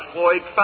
Floyd